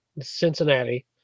Cincinnati